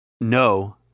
no